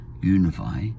unify